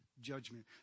judgment